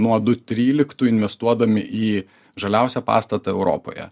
nuo du tryliktų investuodami į žaliausią pastatą europoje